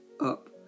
up